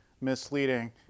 misleading